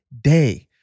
day